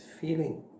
feeling